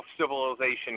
civilization